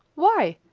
why,